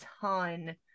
ton